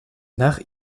nach